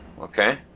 Okay